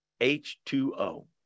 H2O